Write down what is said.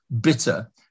bitter